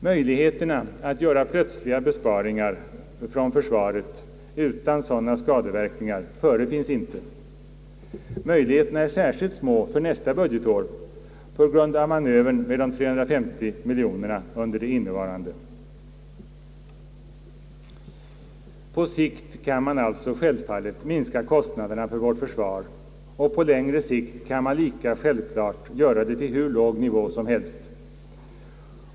Möjligheterna att plötsligt göra väsentliga besparingar från försvaret utan sådana skadeverkningar förefinns inte. Möjligheterna är särskilt små för nästa budgetår på grund av manövern med de 350 miljonerna under det innevarande. På sikt kan man alltså självfallet minska kostnaderna för vårt försvar, och på längre sikt kan man lika självfallet göra det till hur låg nivå som helst.